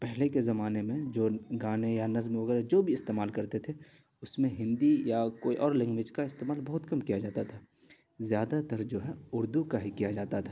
پہلے کے زمانے میں جو گانے یا نظم وغیرہ جو بھی استعمال کرتے تھے اس میں ہندی یا کوئی اور لینگویج کا استعمال بہت کم کیا جاتا تھا زیادہ تر جو ہے اردو کا ہی کیا جاتا تھا